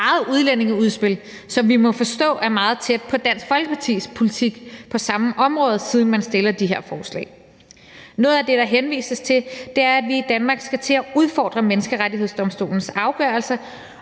eget udlændingeudspil, som vi må forstå er meget tæt på Dansk Folkepartis politik på samme område, siden man stiller de her forslag. Noget af det, der henvises til, er, at vi i Danmark skal til at udfordre Menneskerettighedsdomstolens afgørelser,